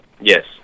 Yes